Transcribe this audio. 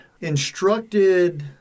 instructed